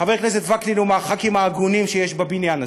חבר הכנסת וקנין הוא מהח"כים ההגונים שיש בבניין הזה.